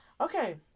okay